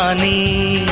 um me